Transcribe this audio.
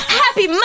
happy